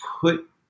put